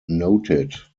noted